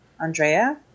Andrea